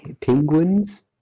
Penguins